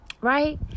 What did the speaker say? Right